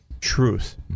truth